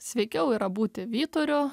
sveikiau yra būti vyturiu